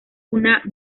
una